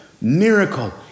miracle